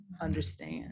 understand